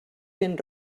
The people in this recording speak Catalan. ben